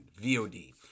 VOD